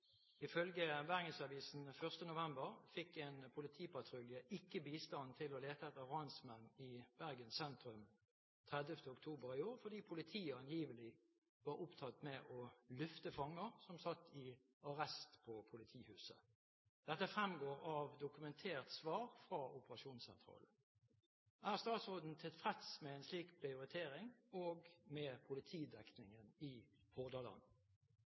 Ifølge Bergensavisen 1. november 2011 fikk en politipatrulje ikke bistand til å lete etter ransmenn i Bergen sentrum 30. oktober 2011 fordi politiet angivelig var opptatt med å lufte fanger som satt i arrest på politihuset. Dette fremgår av dokumentert svar fra operasjonssentralen. Er statsråden tilfreds med en slik prioritering og med politidekningen i Hordaland?»